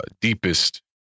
deepest